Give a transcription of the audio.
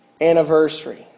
anniversary